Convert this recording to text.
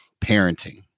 parenting